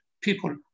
people